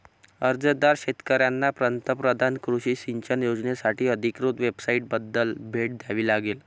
अर्जदार शेतकऱ्यांना पंतप्रधान कृषी सिंचन योजनासाठी अधिकृत वेबसाइटला भेट द्यावी लागेल